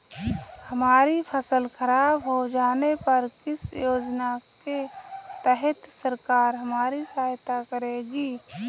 हमारी फसल खराब हो जाने पर किस योजना के तहत सरकार हमारी सहायता करेगी?